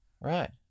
Right